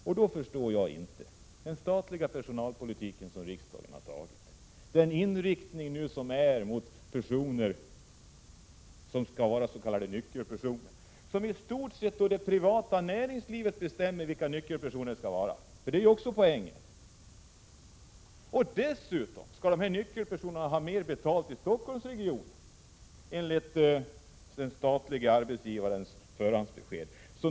En sak förstår jag inte: den statliga personalpolitik som riksdagen har antagit, med inriktningen mot s.k. nyckelpersoner. I stort sett bestämmer det privata näringslivet vilka de skall vara — det är också en poäng — och dessa nyckelpersoner skall ha bättre betalt i Stockholmsregionen, enligt den statliga arbetsgivarens förhandsbesked.